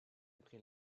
après